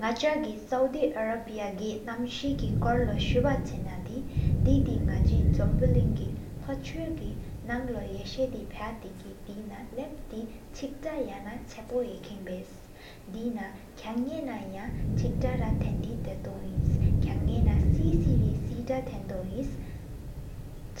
ནག་ཆ་གི་སའུ་དི་ཨ་ར་བྷི་གི་རྣམ་སྲས་གི་འཁོར་ལོ། སུ་བ་ཆེ་ན་དེ་དེ་ནག་ཆི་ཟོམ་བོ་གླིང་གི། ལོ་ཆུག་ནང་ལོ་ཡེ་ས་ཕའི་ཏེ་གི། དེ་ནང་ལབ་ཏེ་ཆིག་ཏ་ཡང་ན། ཆ་པོ་ཡེ་མཁན་བརས་དེ་ན་ཁང་ནེ་ན་ཡང། ཆིག་ཏ་ར་ཐེན་དི་དེ་ཏོ་ཨིན་ཁང་ཉེ་ན་སི་སེ་རི། སེ་ཏ་ཐན་དོ་ཨིན་ཆེ་ཀི་ཀབ་སུ་དེ་ནང་ལབ་ཆེ་ཏ། ཉིམ་ཡང་འོ་དེ་ར་ཕ་ཏེ་གི་ཟེ་ཏ་ཕྱ་སར་དེ་ཏོ་ཨིན།